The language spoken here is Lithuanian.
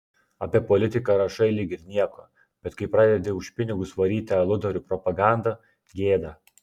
apie politiką rašai lyg ir nieko bet kai pradedi už pinigus varyti aludarių propagandą gėda